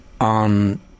on